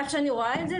איך שאני רואה את זה,